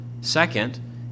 Second